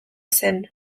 zen